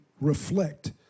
reflect